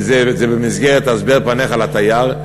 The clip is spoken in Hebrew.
זה במסגרת "הסבר פניך לתייר",